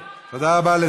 ברור.